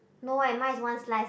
no eh mine is one slice